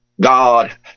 God